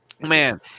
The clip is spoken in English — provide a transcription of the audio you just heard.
Man